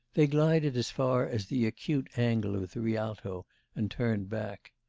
they glided as far as the acute angle of the rialto and turned back.